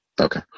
Okay